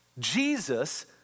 Jesus